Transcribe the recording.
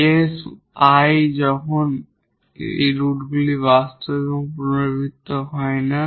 case I যখন রুটগুলি বাস্তব এবং রিপিটেড হয় না